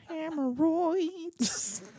Hemorrhoids